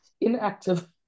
inactive